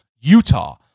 Utah